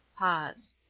pause.